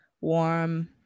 warm